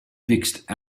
fixed